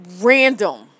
random